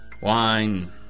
Wine